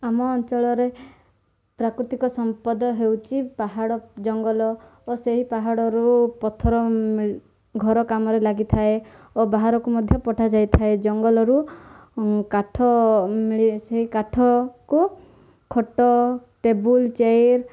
ଆମ ଅଞ୍ଚଳରେ ପ୍ରାକୃତିକ ସମ୍ପଦ ହେଉଛି ପାହାଡ଼ ଜଙ୍ଗଲ ଓ ସେହି ପାହାଡ଼ରୁ ପଥର ଘର କାମରେ ଲାଗିଥାଏ ଓ ବାହାରକୁ ମଧ୍ୟ ପଠାଯାଇଥାଏ ଜଙ୍ଗଲରୁ କାଠ ମିଳି ସେହି କାଠକୁ ଖଟ ଟେବୁଲ୍ ଚେୟାର୍